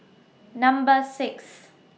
Number six